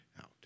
out